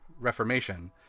reformation